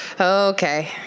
Okay